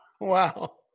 Wow